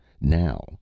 now